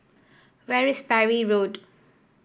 where's Parry Road